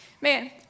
man